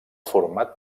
format